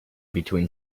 between